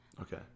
Okay